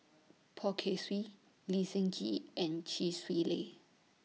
Poh Kay Swee Lee Seng Gee and Chee Swee Lee